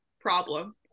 Problem